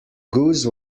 goose